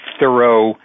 thorough